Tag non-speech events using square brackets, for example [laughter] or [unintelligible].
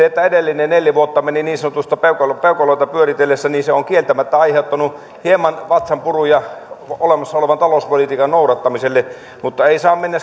[unintelligible] että edelliset neljä vuotta menivät niin sanotusti peukaloita pyöritellessä on kieltämättä aiheuttanut hieman vatsanpuruja olemassa olevan talouspolitiikan noudattamiselle mutta ei saa mennä [unintelligible]